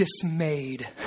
dismayed